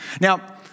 Now